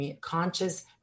conscious